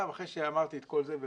אחרי שאמרתי את כל זה,